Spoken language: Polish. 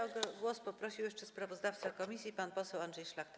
O głos poprosił jeszcze sprawozdawca komisji pan poseł Andrzej Szlachta.